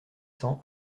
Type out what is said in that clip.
cents